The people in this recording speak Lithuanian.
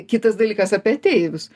kitas dalykas apie ateivius